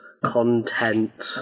Content